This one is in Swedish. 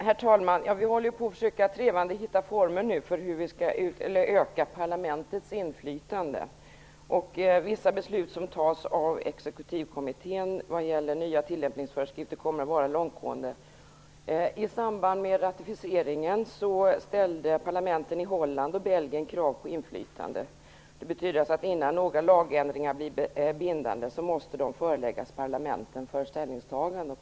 Herr talman! Vi håller trevande på att försöka hitta former för hur vi skall öka parlamentets inflytande. Vissa beslut som fattas av Exekutivkommittén vad gäller nya tillämpningsföreskrifter kommer att vara långtgående. Holland och Belgien krav på inflytande. Det betyder att innan några lagändringar blir bindande måste de föreläggas parlamenten för ställningstagande.